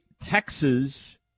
Texas